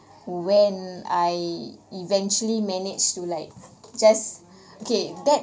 when I eventually managed to like just okay that